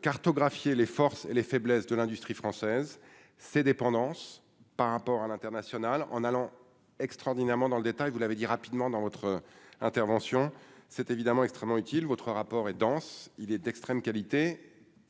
cartographier les forces et les faiblesses de l'industrie française, ses dépendance par rapport à l'international, en allant extraordinairement dans le détail, vous l'avez dit rapidement dans votre intervention, c'est évidemment extrêmement utile, votre rapport est dense, il est d'extrême qualité